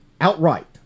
Outright